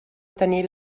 tenir